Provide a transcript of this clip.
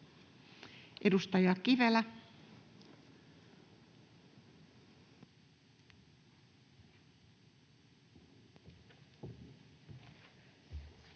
Edustaja Kivelä.